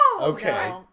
Okay